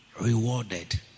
rewarded